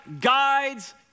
guides